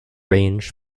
range